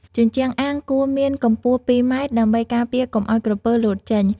ជញ្ជាំងអាងគួរមានកម្ពស់២ ម៉ែត្រ ដើម្បីការពារកុំឲ្យក្រពើលោតចេញ។